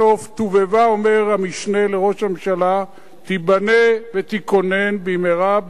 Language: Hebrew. אומר המשנה לראש הממשלה: תיבנה ותיכונן במהרה בימינו אמן.